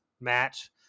match